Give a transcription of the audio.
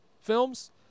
films